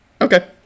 okay